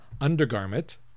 undergarment